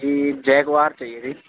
جی Jaguar چاہیے تھی